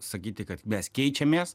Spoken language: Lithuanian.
sakyti kad mes keičiamės